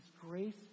grace